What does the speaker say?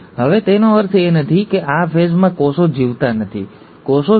હવે તેનો અર્થ એ નથી કે આ ફેઝમાં કોષો જીવતા નથી કોષો જીવંત છે